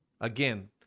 Again